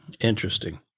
Interesting